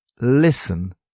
listen